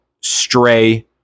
stray